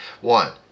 One